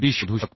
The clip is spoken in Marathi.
शोधू शकतो